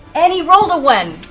and he rolled a one.